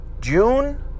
june